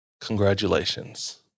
congratulations